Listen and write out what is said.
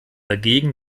dagegen